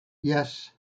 yes